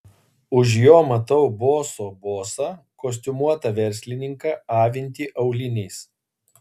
už jo matau boso bosą kostiumuotą verslininką avintį auliniais